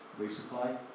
resupply